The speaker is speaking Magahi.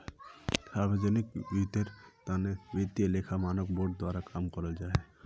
सार्वजनिक हीतेर तने वित्तिय लेखा मानक बोर्ड द्वारा काम कराल जाहा